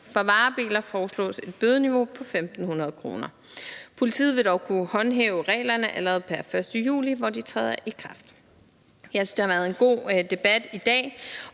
For varebiler foreslås et bødeniveau på 1.500 kr. Politiet vil dog kunne håndhæve reglerne allerede pr. 1. juli, hvor de træder i kraft. Jeg synes, det har været en god debat i dag,